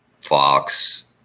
Fox